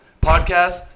podcast